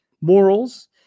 morals